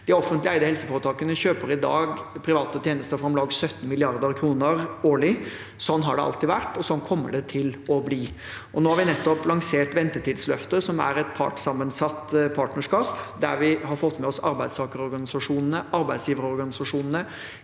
De offentlig eide helseforetakene kjøper i dag private tjenester for om lag 17 mrd. kr årlig. Sånn har det alltid vært, og sånn kommer det til å bli. Nå har vi nettopp lansert ventetidsløftet, som er et partssammensatt partnerskap der vi har fått med oss arbeidstakerorganisasjonene, arbeidsgiverorganisasjonene,